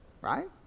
right